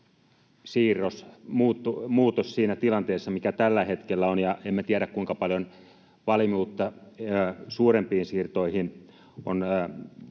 siirros ja muutos siinä tilanteessa, mikä tällä hetkellä on, ja emme tiedä, kuinka paljon valmiutta suurempiin siirtoihin on